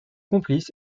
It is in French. complices